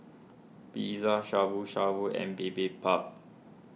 Pizza Shabu Shabu and Bibimbap